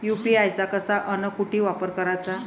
UPI चा कसा अन कुटी वापर कराचा?